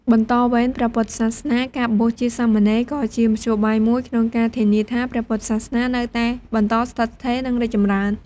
បន្តវេនព្រះពុទ្ធសាសនា ការបួសជាសាមណេរក៏ជាមធ្យោបាយមួយក្នុងការធានាថាព្រះពុទ្ធសាសនានៅតែបន្តស្ថិតស្ថេរ និងរីកចម្រើន។